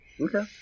Okay